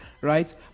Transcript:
right